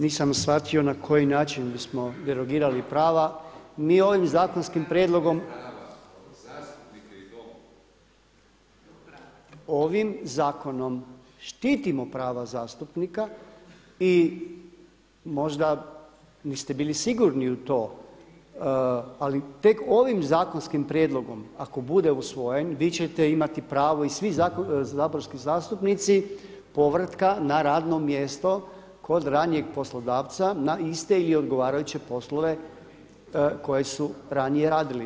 Nisam shvatio na koji način smo derogirali prava, mi ovim zakonskim prijedlogom …… [[Upadica se ne čuje.]] Ovim zakonom štitimo prava zastupnika i možda niste bili sigurni u to ali tek ovim zakonskim prijedlogom ako bude usvojen vi ćete imati pravo i svi saborski zastupnici povratka na radno mjesto kod ranijeg poslodavca na iste ili odgovarajuće poslove koje su ranije radili.